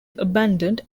abandoned